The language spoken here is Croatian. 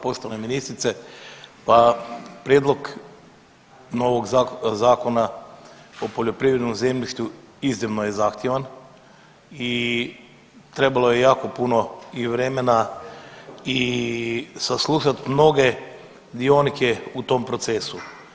Poštovana ministrice, pa prijedlog novog Zakona o poljoprivrednom zemljištu iznimno je zahtjevan i trebalo je jako puno i vremena i saslušati mnoge dionike u tom procesu.